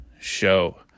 show